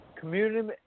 Community